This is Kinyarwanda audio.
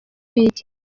iki